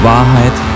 Wahrheit